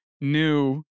New